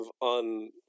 on